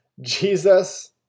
Jesus